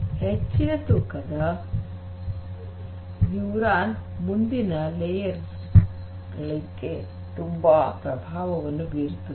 ಹೆಚ್ಚಿನ ತೂಕದ ನ್ಯೂರಾನ್ ಮುಂದಿನ ಪದರಗಳಲ್ಲಿ ತುಂಬಾ ಪರಿಣಾಮವನ್ನು ಬೀರುತ್ತದೆ